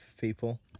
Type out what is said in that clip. people